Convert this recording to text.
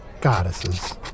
Goddesses